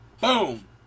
boom